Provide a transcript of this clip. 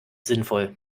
sinnvoll